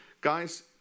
guys